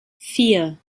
vier